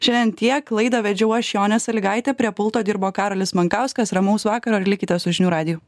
šiandien tiek laidą vedžiau aš jonė salygaitė prie pulto dirbo karolis mankauskas ramaus vakaro ir likite su žinių radiju